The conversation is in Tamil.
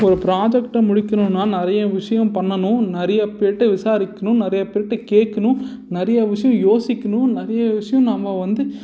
ஒரு ப்ராஜெக்ட்டை முடிக்கணும்னா நிறையா விஷயம் பண்ணணும் நிறையா பேர்கிட்ட விசாரிக்கிணும் நிறையா பேர்கிட்ட கேட்கணும் நிறையா விஷயம் யோசிக்கணும் நிறையா விஷயம் நாம வந்து